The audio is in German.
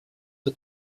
für